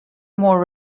more